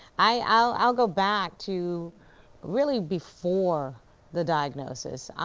i'll go back to really before the diagnosis.